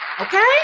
Okay